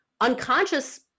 Unconscious